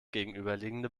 gegenüberliegende